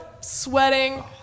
sweating